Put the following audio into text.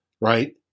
right